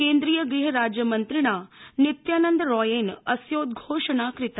केन्द्रीय गृह राज्यमन्त्रिणा नित्यानन्द रॉयेन अस्योद्रोषणा कृता